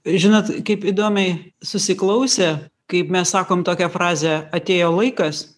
žinot kaip įdomiai susiklausę kaip mes sakom tokią frazę atėjo laikas